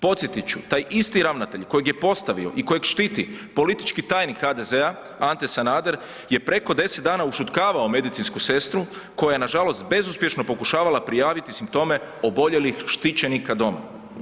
Podsjetit ću, taj isti ravnatelj kojeg je postavio i kojeg štiti politički tajnik HDZ-a Ante Sanader je preko 10 dana ušutkavao medicinsku sestru koja je nažalost bezuspješno pokušavala prijaviti simptome oboljelih štićenika doma.